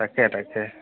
তাকে তাকে